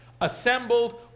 assembled